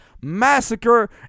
massacre